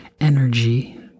energy